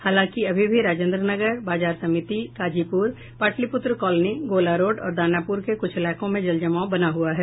हालांकि अभी भी राजेन्द्रनगर बाजार समिति काजीपूर पाटलिपुत्र कॉलोनी गोला रोड और दानापुर के कुछ इलाकों में जलजमाव बना हुआ है